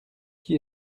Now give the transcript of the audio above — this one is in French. qui